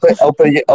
Open